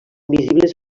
visibles